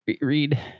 Read